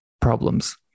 problems